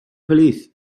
feliz